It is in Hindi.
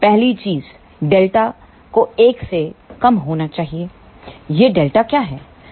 पहली चीज Δ 1 होनी चाहिए यह Δ क्या है